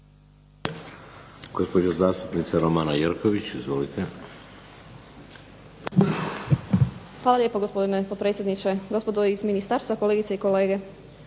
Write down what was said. Hvala